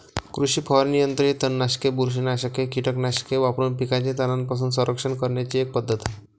कृषी फवारणी यंत्र ही तणनाशके, बुरशीनाशक कीटकनाशके वापरून पिकांचे तणांपासून संरक्षण करण्याची एक पद्धत आहे